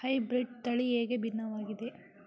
Hybrid ತಳಿ ಹೇಗೆ ಭಿನ್ನವಾಗಿದೆ?